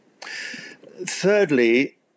Thirdly